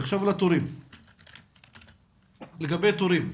לגבי תורים.